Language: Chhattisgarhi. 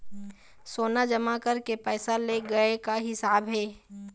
सोना जमा करके पैसा ले गए का हिसाब हे?